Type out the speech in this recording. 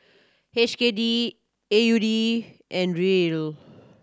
H K D A U D and Riel